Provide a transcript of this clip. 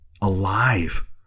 alive